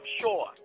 sure